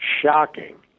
Shocking